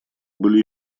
были